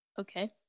Okay